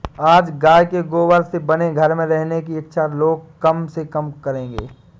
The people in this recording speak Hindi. आज गाय के गोबर से बने घर में रहने की इच्छा लोग कम से कम करेंगे